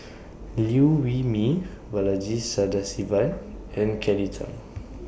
Liew Wee Mee Balaji Sadasivan and Kelly Tang